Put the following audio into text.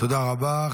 תודה רבה.